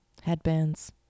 Headbands